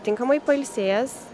tinkamai pailsėjęs